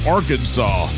Arkansas